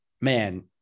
man